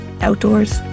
outdoors